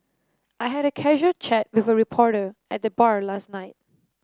I had a casual chat with a reporter at the bar last night